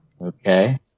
Okay